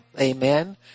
Amen